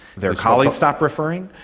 their colleagues stopped referring.